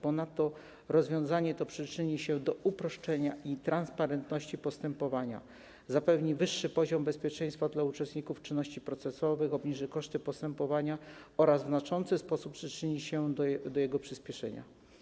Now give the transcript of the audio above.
Ponadto rozwiązanie to przyczyni się do uproszczenia i osiągnięcia transparentności postępowania, zapewni wyższy poziom bezpieczeństwa uczestników czynności procesowych, obniży koszty postępowania oraz w znaczący sposób przyczyni się do jego przyspieszenia.